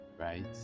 right